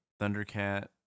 Thundercat